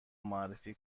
معرفی